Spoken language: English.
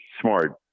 smart